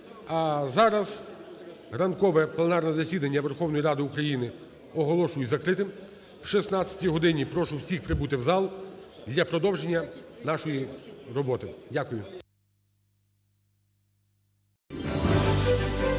А зараз ранкове пленарне засідання Верховної Ради України оголошую закритим. О 16 годині прошу всіх прибути в зал для продовження нашої роботи. Дякую.